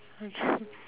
okay